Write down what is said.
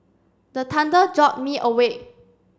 the thunder jolt me awake